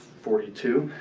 forty two,